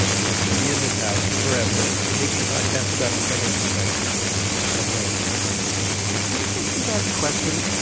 we have to be in this house forever, making podcasts about the financial crisis that no one will ever listen to can i ask you guys a question?